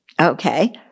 Okay